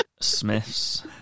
Smith's